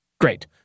Great